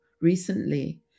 recently